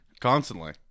Constantly